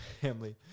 family